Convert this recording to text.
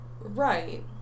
Right